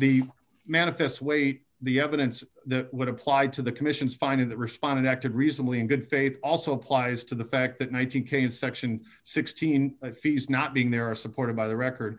the manifest weight the evidence that would apply to the commission's finding that respondent acted reasonably in good faith also applies to the fact that one thousand case section sixteen fees not being there are supported by the record